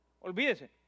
Olvídese